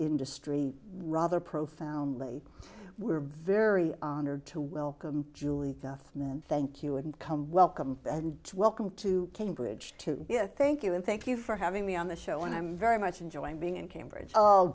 industry rather profoundly we're very honored to welcome julie death then thank you and come welcome and welcome to cambridge to thank you and thank you for having me on the show and i'm very much enjoying being in cambridge